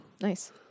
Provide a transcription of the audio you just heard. Nice